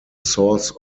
source